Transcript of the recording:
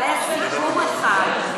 אבל היה סיפור אחד על,